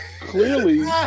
clearly